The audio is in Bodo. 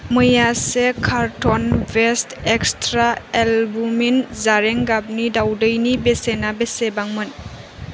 मैया से कार्टन बेस्ट एक्सट्रा एलबुमिन जारें गाबनि दाउदैनि बेसेना बेसेबांमोन